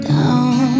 Down